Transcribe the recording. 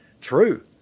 true